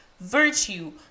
virtue